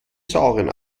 sauren